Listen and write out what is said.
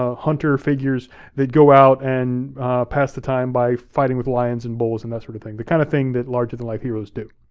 ah hunter figures that go out and pass the time by fighting with lions and bulls and that sort of thing, the kind of thing that larger than life heroes do.